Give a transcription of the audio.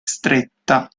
stretta